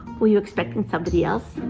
were you expecting somebody else?